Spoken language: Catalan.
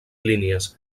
línies